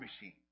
machine